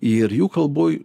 ir jų kalboj